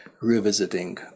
revisiting